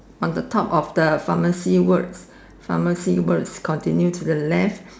on the top of the pharmacy word pharmacy word continue to the left